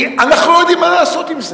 כי אנחנו לא יודעים מה לעשות עם זה.